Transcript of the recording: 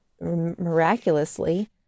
miraculously